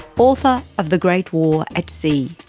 author of the great war at sea.